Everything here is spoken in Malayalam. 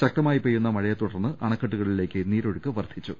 ശക്തമായി പെയ്യുന്ന മഴയെ തുടർന്ന് അണക്കെട്ടുകളിലേക്ക് നീരൊഴുക്ക് വർദ്ധിച്ചു